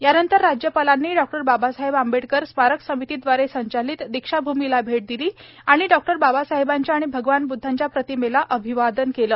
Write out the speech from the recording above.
यानंतर राज्यपालांनी डॉक्टर बाबासाहेब आंबेडकर स्मारक समितीदवारे संचालित दीक्षाभूमीला भेट दिली आणि डॉक्टर बाबासाहेबांच्या आणि भगवान ब्द्धांच्या प्रतिमेला अभिवादन केले